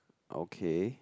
okay